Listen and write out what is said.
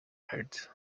heads